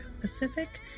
Pacific